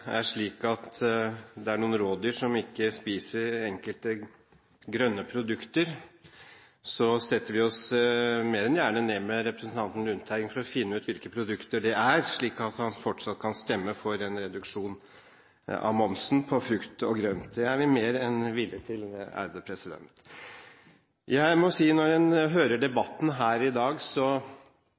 er slik at det er enkelte grønne produkter rådyr ikke spiser, setter vi oss mer enn gjerne ned med representanten Lundteigen for å finne ut hvilke produkter det er, slik at han fortsatt kan stemme for en reduksjon av momsen på frukt og grønt. Det er vi mer enn villige til. Når vi hører debatten her i dag,